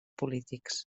polítics